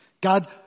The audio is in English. God